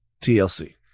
TLC